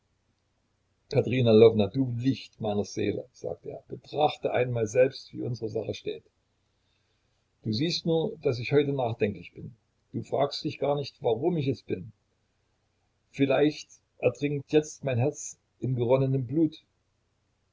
du licht meiner seele sagte er betrachte einmal selbst wie unsere sache steht du siehst nur daß ich heute nachdenklich bin du fragst dich gar nicht warum ich es bin vielleicht ertrinkt jetzt mein herz in geronnenem blut